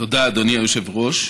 תודה, אדוני היושב-ראש.